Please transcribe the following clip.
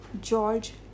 george